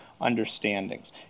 understandings